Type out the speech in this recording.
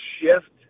shift